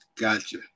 gotcha